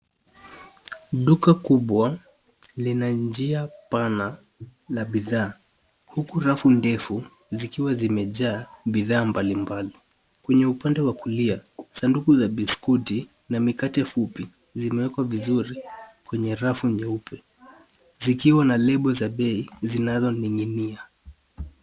Duka kubwa lina njia pana la bidhaa, huku rafu ndefu zikiwa zimejaa bidhaa mbalimbali. Kwenye upande wa kulia sanduku la biskuti na mikate fupi zimewekwa vizuri kwenye rafu nyeupe zikiwa na lebo za bei zinazoning'inia.